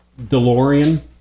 Delorean